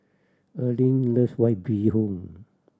Earline loves White Bee Hoon